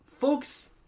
folks